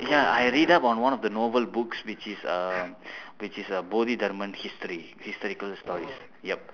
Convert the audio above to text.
ya I read up on one of the novel books which is uh which is uh bodhidharma history historical stories yup